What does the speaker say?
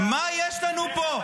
מה יש לנו פה?